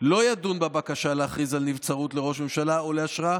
לא ידון בית המשפט בבקשה להכריז על נבצרות לראש ממשלה או לאשרה,